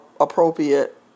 appropriate